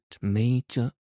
Major